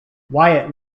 wyatt